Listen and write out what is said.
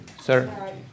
Sir